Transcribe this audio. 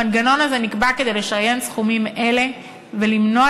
המנגנון הזה נקבע כדי לשריין סכומים אלה ולמנוע